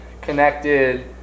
connected